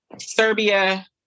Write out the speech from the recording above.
Serbia